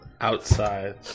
Outside